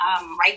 right